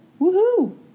Woohoo